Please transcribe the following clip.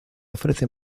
ofrece